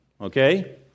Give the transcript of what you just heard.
okay